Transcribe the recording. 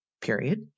period